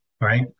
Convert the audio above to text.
right